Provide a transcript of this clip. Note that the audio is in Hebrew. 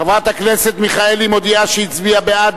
חברת הכנסת מיכאלי מודיעה שהיא הצביעה בעד,